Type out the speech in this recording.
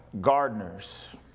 gardeners